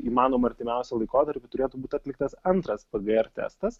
įmanoma artimiausiu laikotarpiu turėtų būt atliktas antras pgr testas